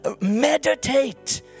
Meditate